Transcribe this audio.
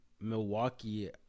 milwaukee